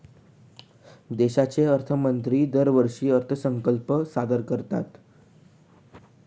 देशाचे अर्थमंत्री दरवर्षी अर्थसंकल्प सादर करतात